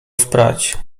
sprać